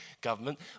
government